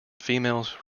females